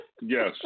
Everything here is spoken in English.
Yes